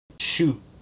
shoot